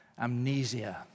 amnesia